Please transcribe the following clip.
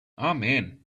amen